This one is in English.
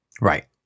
Right